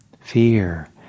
fear